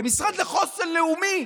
למשרד לחוסן לאומי.